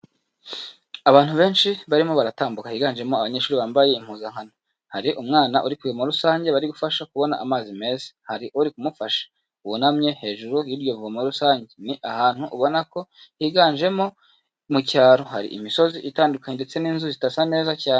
Abantu benshi barimo baratambuka higanjemo abanyeshuri bambaye impuzankano, hari umwana uri ku ivomo rusange bari gufasha kubona amazi meza, hari uri kumufasha wunamye hejuru y'iryo voma rusange. Ni ahantu ubona ko higanjemo mu cyaro, hari imisozi itandukanye ndetse n'inzu zidasa neza cyane.